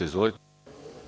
Izvolite.